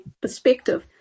perspective